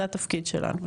זה התפקיד שלנו,